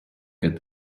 get